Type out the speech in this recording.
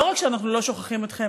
לא רק שאנחנו לא שוכחים אתכם,